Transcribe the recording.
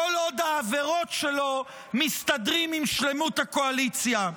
כל עוד העבירות שלו מסתדרות עם שלמות הקואליציה.